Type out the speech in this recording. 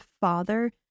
father